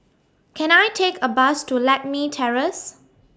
Can I Take A Bus to Lakme Terrace